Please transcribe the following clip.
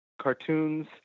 cartoons